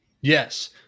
Yes